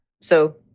So-